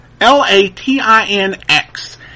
L-A-T-I-N-X